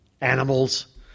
animals